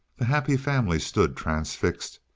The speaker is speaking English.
the happy family stood transfixed,